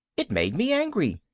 it made me angry.